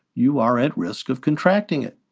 you are at risk of contracting it.